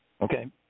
Okay